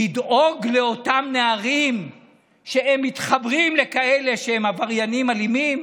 לדאוג לאותם נערים שמתחברים לכאלה שהם עבריינים אלימים,